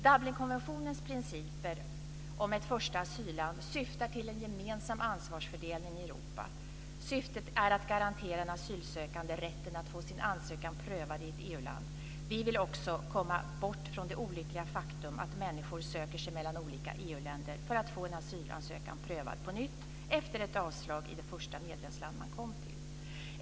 Dublinkonventionens principer om ett första asylland syftar till en gemensam ansvarsfördelning i Europa. Syftet är att garantera en asylsökande rätten att få sin ansökan prövad i ett EU land. Vi vill också komma bort från det olyckliga faktum att människor söker sig mellan olika EU länder för att få en asylansökan prövad på nytt efter ett avslag i det första medlemsland man kom till.